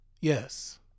Yes